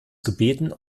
gebeten